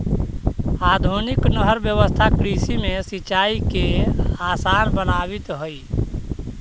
आधुनिक नहर व्यवस्था कृषि में सिंचाई के आसान बनावित हइ